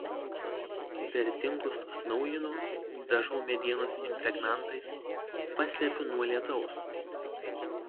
vertingus atnaujinu dažau medienos impregnantais paslepiu nuo lietaus